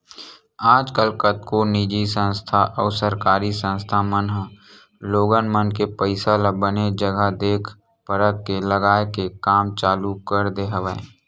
आजकल कतको निजी संस्था अउ सरकारी संस्था मन ह लोगन मन के पइसा ल बने जघा देख परख के लगाए के काम चालू कर दे हवय